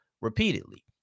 repeatedly